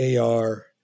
AR